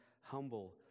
humble